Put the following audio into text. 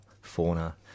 fauna